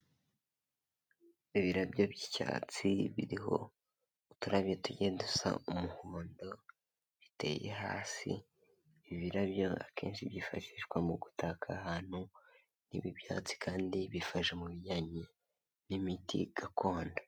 Ibirabyo by'icyatsi biriho uturabyo tugiye dusa umuhondo biteye hasi, ibi birabyo akenshi byifashishwa mu gutaka ahantu, ibi byatsi kandi bifasha mu bijyanye n'imiti gakondo.